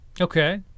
Okay